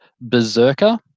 Berserker